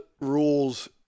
rules